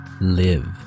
Live